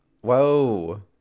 whoa